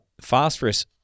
Phosphorus